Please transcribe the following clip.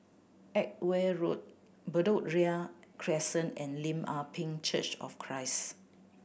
Edgware Road Bedok Ria Crescent and Lim Ah Pin Church of Christ